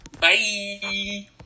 Bye